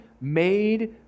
made